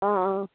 অঁ অঁ